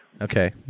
Okay